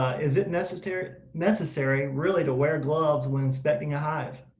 is it necessary necessary really to wear gloves when inspecting a hive?